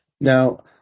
Now